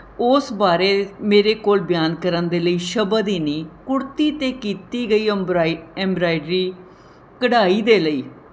ਉਸ ਬਾਰੇ ਮੇਰੇ ਕੋਲ ਬਿਆਨ ਕਰਨ ਦੇ ਲਈ ਸ਼ਬਦ ਹੀ ਨਹੀਂ ਕੁੜਤੀ 'ਤੇ ਕੀਤੀ ਗਈ ਉਬਰਾਈ ਐਮਬਰਾਈਡਰੀ ਕਢਾਈ ਦੇ ਲਈ